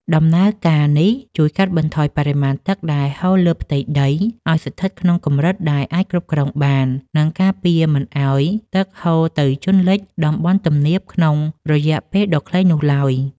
ដំណើរការនេះជួយកាត់បន្ថយបរិមាណទឹកដែលហូរលើផ្ទៃដី ឱ្យស្ថិតក្នុងកម្រិតដែលអាចគ្រប់គ្រងបាន និងការពារមិនឱ្យទឹកហូរទៅជន់លិចតំបន់ទំនាបក្នុងរយៈពេលដ៏ខ្លីនោះឡើយ។